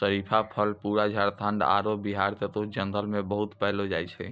शरीफा फल पूरा झारखंड आरो बिहार के कुछ जंगल मॅ बहुत पैलो जाय छै